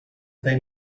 they